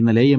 ഇന്നലെ എം